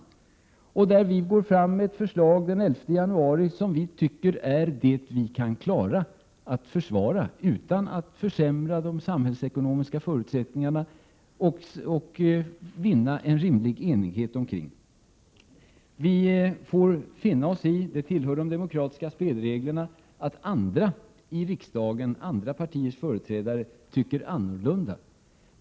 Det förslag som vi gick fram med den 11 januari är ett förslag som vi anser oss kunna klara att försvara utan att försämra de samhällsekonomiska förutsättningarna men samtidigt vinna rimlig enighet om. Vi får finna oss i att andra partier och dess företrädare i riksdagen tycker annorlunda — det tillhör demokratins spelregler.